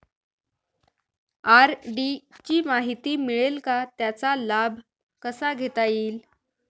RD ची माहिती मिळेल का, त्याचा लाभ कसा घेता येईल?